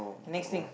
K next thing